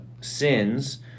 sins